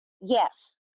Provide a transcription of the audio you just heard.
yes